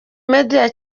media